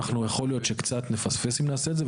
יכול להיות שקצת נפספס אם נעשה את זה.